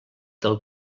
del